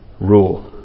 rule